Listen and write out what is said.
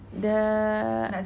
the